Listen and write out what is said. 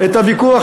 ואני רוצה לומר לכם,